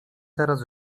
teraz